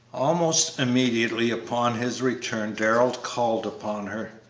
almost immediately upon his return darrell called upon her.